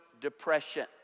depression